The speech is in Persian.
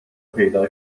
پیدا